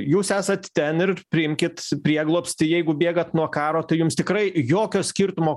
jūs esat ten ir priimkit prieglobstį jeigu bėgat nuo karo tai jums tikrai jokio skirtumo